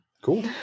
Cool